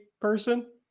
person